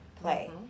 play